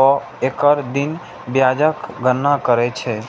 आ एक दिन ब्याजक गणना करै छै